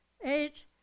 eight